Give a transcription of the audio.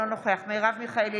אינו נוכח מרב מיכאלי,